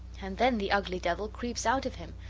and then the ugly devil creeps out of him,